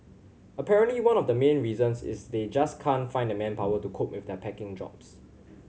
apparently one of the main reasons is they just can't find the manpower to cope with their packing jobs